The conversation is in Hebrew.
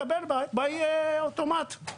מקבל תקן באופן אוטומטי.